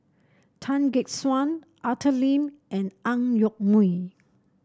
Tan Gek Suan Arthur Lim and Ang Yoke Mooi